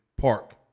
Park